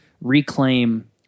reclaim